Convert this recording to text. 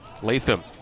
Latham